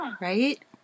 right